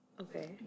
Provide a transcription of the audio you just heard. Okay